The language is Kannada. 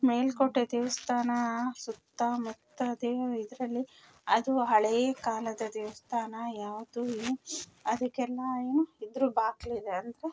ಮೇಲುಕೋಟೆ ದೇವಸ್ಥಾನ ಸುತ್ತ ಮುತ್ತ ದೇವರು ಇದರಲ್ಲಿ ಅದು ಹಳೇಕಾಲದ ದೇವಸ್ಥಾನ ಯಾವುದು ಏನು ಅದಕ್ಕೆಲ್ಲ ಏನು ಇದ್ರ ಬಾಗ್ಲಿದೆ ಅಂದರೆ